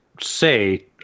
say